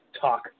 talk